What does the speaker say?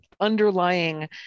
underlying